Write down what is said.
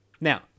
Now